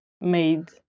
made